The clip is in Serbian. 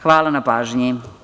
Hvala na pažnji.